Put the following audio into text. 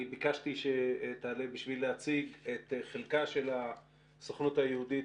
אני ביקשתי שתעלה בשביל להציג את חלקה של הסוכנות היהודית